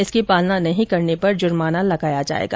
इसकी पालना नहीं करने पर जुर्माना भी लगाया जाएगा